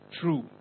True